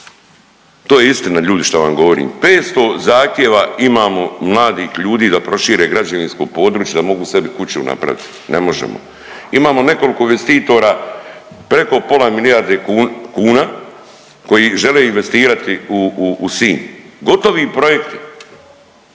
To je istina ljudi što vam govorim, 500 zahtjeva imamo mladih ljudi da prošire građevinsko područje da mogu sebi kuću napravit, ne možemo. Imamo nekoliko investitora, preko pola milijarde kuna koji žele investirati u, u Sinj, gotovi projekti